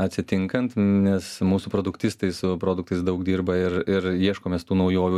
atsitinkant nes mūsų produktistai su produktais daug dirba ir ir ieškom mes tų naujovių